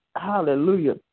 Hallelujah